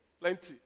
Plenty